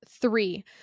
Three